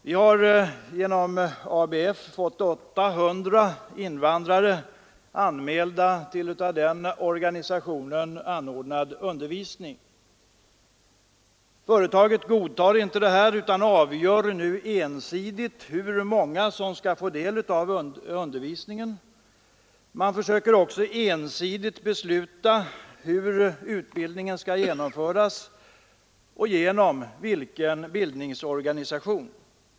Vi har genom ABF fått 800 invandrare anmälda till den av organisationen anordnade undervisningen. Företaget godtar inte detta utan avgör nu ensidigt hur många som skall få del av undervisningen, och man försöker också ensidigt besluta hur utbildningen skall genomföras och genom vilken bildningsorganisation detta skall ske.